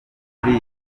muri